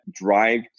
drive